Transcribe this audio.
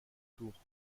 tours